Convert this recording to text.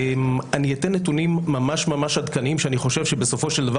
אני אתן נתונים ממש עדכניים שאני חושב שבסופו של דבר